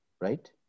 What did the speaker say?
right